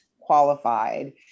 qualified